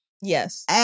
yes